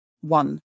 one